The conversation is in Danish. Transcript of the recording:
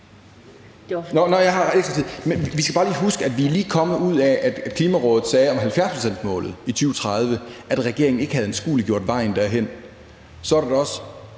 at vi lige er kommet ud af, at Klimarådet sagde om 70-procentsmålet i 2030, at regeringen ikke havde anskueliggjort vejen derhen. Så er det da også